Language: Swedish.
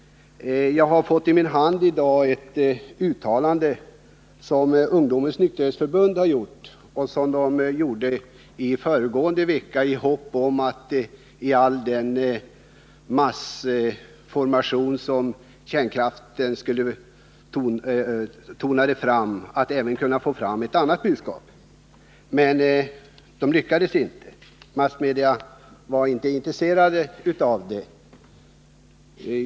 Jag har i dag fått i min hand ett uttalande som Ungdomens nykterhets förbund gjorde i föregående vecka — i hopp om att, i den mängd av information som tonade fram i samband med kärnkraftsdebatten, även kunna få fram ett annat budskap. Men det lyckades inte. Massmedia var inte intresserade.